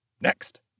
Next